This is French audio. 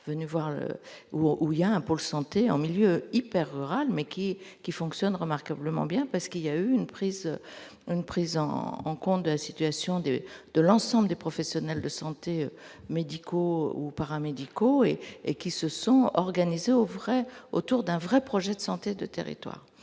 où il y a un pôle santé en milieu hyper râle mais qui qui fonctionne remarquablement bien parce qu'il y a eu une prise, une prise en en compte de la situation des de l'ensemble des professionnels de santé, médicaux ou paramédicaux et et qui se sont organisés au vrai autour d'un vrai projet de santé de territoire,